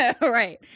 Right